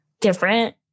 different